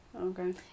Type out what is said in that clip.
Okay